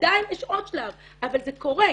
עדיין יש עוד שלב אבל זה קורה,